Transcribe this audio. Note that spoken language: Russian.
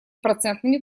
процентными